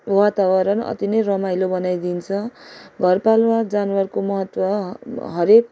वातावरण अति नै रमाइलो बनाइदिन्छ घरपालुवा जनावरको महत्त्व हरेक